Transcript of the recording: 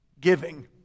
giving